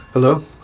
Hello